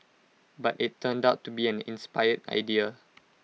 but IT turned out to be an inspired idea